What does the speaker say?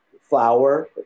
flour